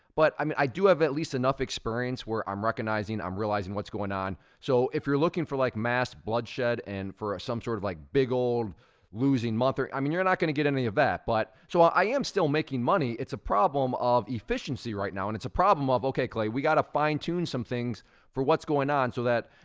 but i mean, i do have at least enough experience where i'm recognizing, i'm realizing what's going on. so if you're looking for like mass bloodshed and for ah some sort of like big old losing month, ah i mean, you're not gonna get any of that. but so, i am still making money. it's a problem of efficiency right now, and it's a problem of, okay, clay, we gotta fine tune some things for what's going on, so that,